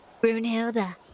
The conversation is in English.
Brunhilda